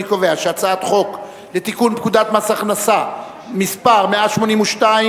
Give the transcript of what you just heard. אני קובע שחוק לתיקון פקודת מס הכנסה (מס' 182),